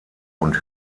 und